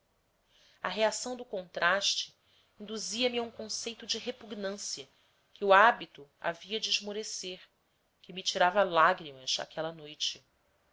a reação do contraste induzia me a um conceito de repugnância que o hábito havia de esmorecer que me tirava lágrimas àquela noite